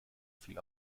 viel